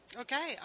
Okay